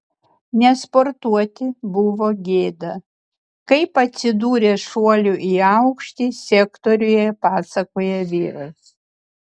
nesportuoti buvo gėda kaip atsidūrė šuolių į aukštį sektoriuje pasakoja vyras